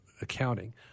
accounting